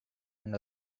and